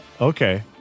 okay